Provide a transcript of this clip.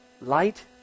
light